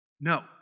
No